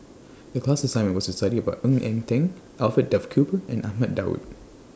The class assignment was to study about Ng Eng Teng Alfred Duff Cooper and Ahmad Daud